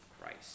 christ